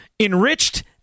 Enriched